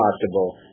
possible